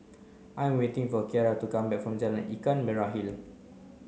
I waiting for Ciara to come back from Jalan Ikan Merah Hill